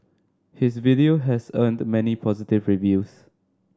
his video has earned many positive reviews